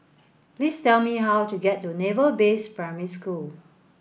please tell me how to get to Naval Base Primary School